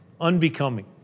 Unbecoming